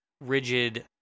rigid